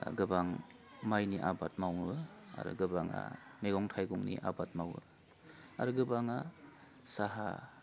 गोबां मायनि आबाद मावो आरो गोबाङा मैगं थाइगंनि आबाद मावो आरो गोबाङा साहा